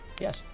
Yes